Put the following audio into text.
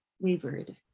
wavered